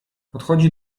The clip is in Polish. podchodzi